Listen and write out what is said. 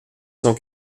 cent